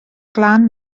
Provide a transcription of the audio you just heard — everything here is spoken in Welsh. glan